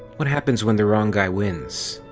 what happens when the wrong guy wins?